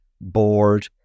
bored